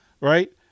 right